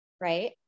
right